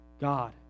God